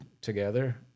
together